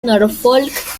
norfolk